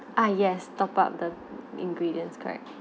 ah yes top up the ingredients correct